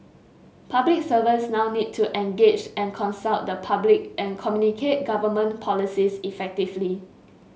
public servants now need to engage and consult the public and communicate government policies effectively